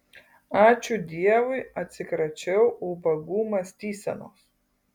ačiū dievui atsikračiau ubagų mąstysenos